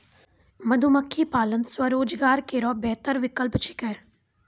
मधुमक्खी पालन स्वरोजगार केरो बेहतर विकल्प छिकै